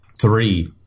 three